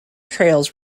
trails